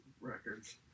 records